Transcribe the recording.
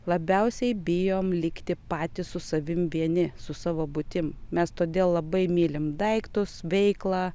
labiausiai bijom likti patys su savim vieni su savo būtim mes todėl labai mylim daiktus veiklą